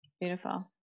Beautiful